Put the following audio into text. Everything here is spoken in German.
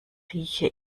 rieche